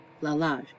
Lalage